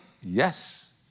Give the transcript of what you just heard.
Yes